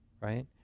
right